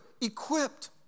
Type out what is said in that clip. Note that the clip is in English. equipped